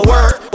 Work